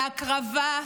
להקרבה.